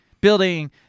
building